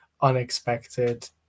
unexpected